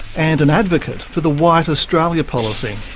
and an advocate for the white australia policy.